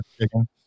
chicken